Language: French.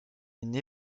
une